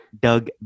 Doug